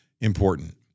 important